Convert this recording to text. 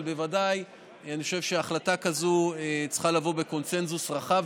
אבל בוודאי אני חושב שההחלטה כזאת צריכה לבוא בקונסנזוס רחב,